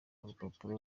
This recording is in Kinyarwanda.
urupapuro